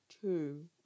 two